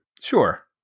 Sure